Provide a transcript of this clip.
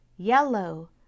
yellow